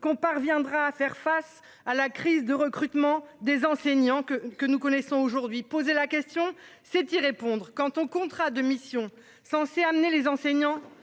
qu'on parviendra à faire face à la crise de recrutement des enseignants que que nous connaissons aujourd'hui poser la question, c'est y répondre. Quant au contrat de mission censée amener les enseignants